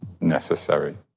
necessary